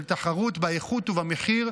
של תחרות באיכות ובמחיר,